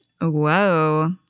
Whoa